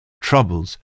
troubles